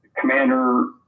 Commander